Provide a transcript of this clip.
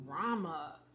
drama